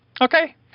Okay